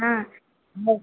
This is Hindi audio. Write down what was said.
हाँ और